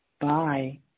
Bye